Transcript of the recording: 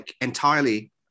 entirely